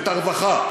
רווחה,